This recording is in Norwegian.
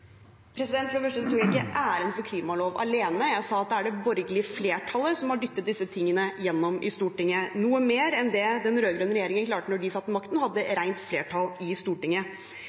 For det første tok jeg ikke æren for klimaloven alene. Jeg sa at det er det borgerlige flertallet som har dyttet disse tingene igjennom i Stortinget, som er noe mer enn det den rød-grønne regjeringen klarte da de satt ved makten og hadde rent flertall i Stortinget.